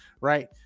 Right